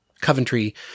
Coventry